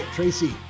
Tracy